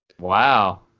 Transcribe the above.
Wow